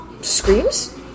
screams